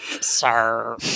sir